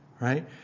right